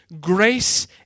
grace